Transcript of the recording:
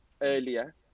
earlier